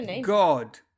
God